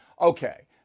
Okay